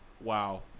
Wow